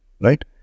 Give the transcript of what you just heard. right